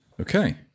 Okay